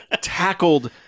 tackled